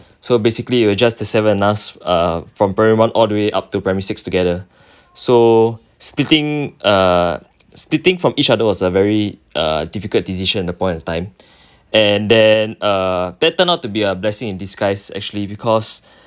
so basically it was just the seven of us uh from primary one all the way up to primary six together so splitting err splitting from each other was a very uh difficult decision in the point of time and then err that turned out to be a blessing in disguise actually because